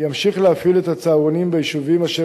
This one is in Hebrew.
ימשיך להפעיל את הצהרונים ביישובים אשר